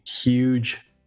huge